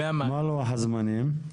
מה לוח הזמנים?